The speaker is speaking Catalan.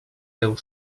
déu